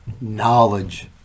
knowledge